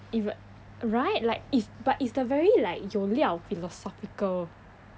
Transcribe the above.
even right like it's but it's the very like 有料 philosophical